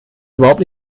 überhaupt